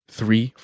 Three